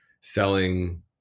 selling